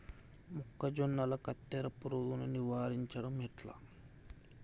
మొక్కజొన్నల కత్తెర పురుగుని నివారించడం ఎట్లా?